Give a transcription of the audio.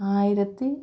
ആയിരത്തി